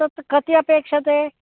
तत् कति अपेक्ष्यते